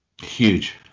Huge